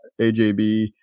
ajb